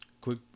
Quick